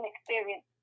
experience